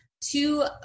two